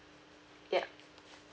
ya